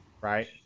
Right